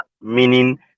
meaning